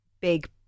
big